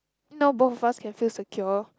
now both of us can feel secure